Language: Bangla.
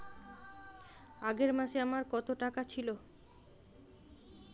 আগের মাসে আমার কত টাকা ছিল?